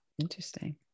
Interesting